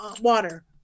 water